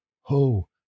Ho